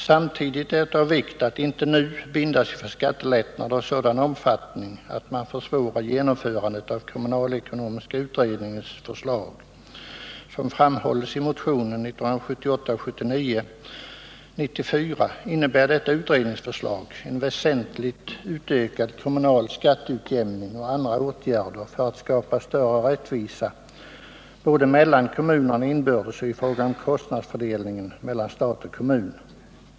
Samtidigt är det av vikt att inte nu binda sig för skattelättnader av sådan omfattning att man försvårar genomförandet av kommunalekonomiska utredningens förslag. Som framhålls i motionen 1978/79:94 innebär detta utredningsförslag en väsentligt utökad kommunal skatteutjämning och andra åtgärder för att skapa större rättvisa både mellan kommunerna inbördes och i fråga om kostnadsfördelningen mellan stat och kommun.